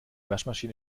waschmaschine